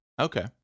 Okay